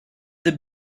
the